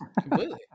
completely